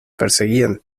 perseguían